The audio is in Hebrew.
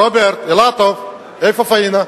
רוברט אילטוב, איפה פאינה?